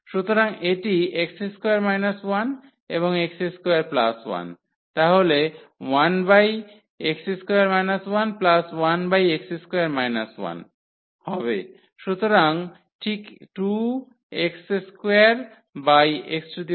সুতরাং এটি x2 1 এবং x21 তাহলে 1x2 11x2 1 হবে সুতরাং ঠিক 2x2x4 1 হবে